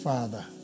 Father